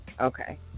Okay